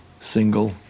single